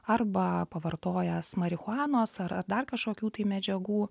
arba pavartojęs marihuanos ar ar dar kažkokių tai medžiagų